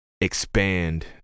expand